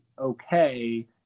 okay